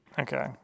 Okay